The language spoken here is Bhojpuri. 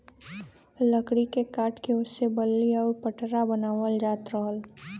लकड़ी के काट के ओसे बल्ली आउर पटरा बनावल जात रहल